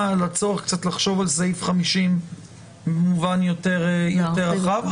לצורך לחשוב על סעיף 50 במובן יותר רחב.